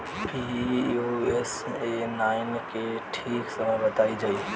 Pusa nine के ठीक समय बताई जाई?